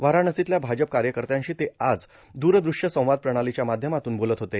वाराणसीतल्या भाजप कार्यकर्त्यांशी ते आज दूरदृष्यसंवाद प्रणालीच्या माध्यमातून बोलत होते